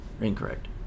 incorrect